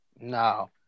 No